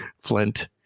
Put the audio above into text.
Flint